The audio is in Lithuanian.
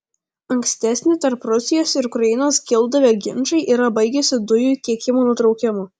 ankstesni tarp rusijos ir ukrainos kildavę ginčai yra baigęsi dujų tiekimo nutraukimu